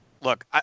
Look